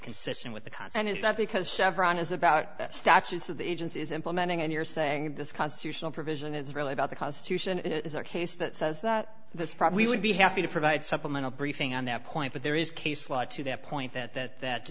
consistent with the content is that because chevron is about statutes that the agency is implementing and you're saying this constitutional provision is really about the constitution and it is a case that says that this probably would be happy to provide supplemental briefing on that point but there is case law to that point that that that